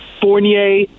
Fournier